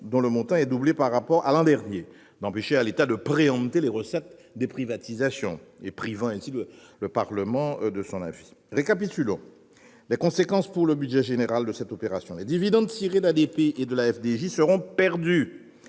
dont le montant est doublé par rapport à l'an dernier. Il ne faudrait pas que l'État préempte les recettes des privatisations en empêchant le Parlement de donner son avis. Récapitulons les conséquences pour le budget général de cette opération : les dividendes tirés d'ADP et de la FDJ seront perdus,